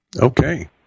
Okay